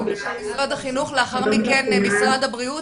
לאחר מכן משרד הבריאות,